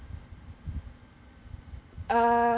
err